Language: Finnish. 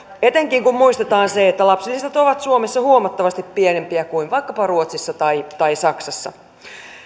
etenkin kun muistetaan se että lapsilisät ovat suomessa huomattavasti pienempiä kuin vaikkapa ruotsissa tai tai saksassa